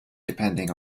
depending